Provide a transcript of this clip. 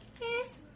Yes